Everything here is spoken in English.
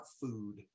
food